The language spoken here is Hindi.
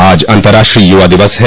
आज अंतराष्ट्रीय युवा दिवस है